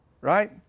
right